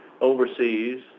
overseas